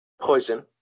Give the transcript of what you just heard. Poison